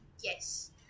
yes